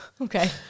Okay